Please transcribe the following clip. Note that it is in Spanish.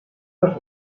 las